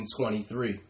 23